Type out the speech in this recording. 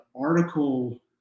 article